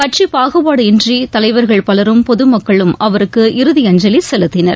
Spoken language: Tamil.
கட்சிப் பாகுபாடு இன்றி தலைவர்கள் பலரும் பொது மக்களும் அவருக்கு இறுதி அஞ்சலி செலுத்தினர்